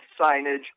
Signage